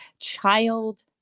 child